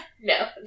No